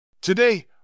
Today